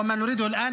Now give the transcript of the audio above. ומה שאנחנו רוצים כעת,